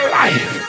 life